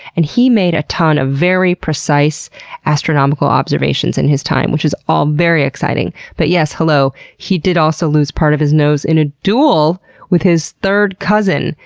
and he made a ton of very precise astronomical observations in his time, which is all very exciting. but yes, hello, he did also lose part of his nose in a duel with his third cousin!